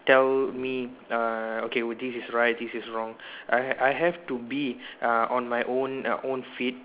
tell me uh okay this is right this is wrong I have I have to be uh on my own uh own feet